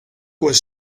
was